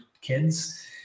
kids